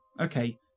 Okay